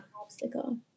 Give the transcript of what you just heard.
obstacle